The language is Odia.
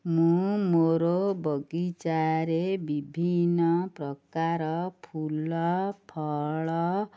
ମୁଁ ମୋର ବଗିଚାରେ ବିଭିନ୍ନ ପ୍ରକାର ଫୁଲ ଫଳ